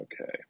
Okay